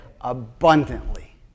abundantly